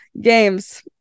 Games